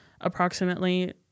approximately